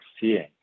seeing